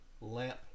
lamp